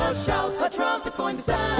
shout a trumpet's goin' to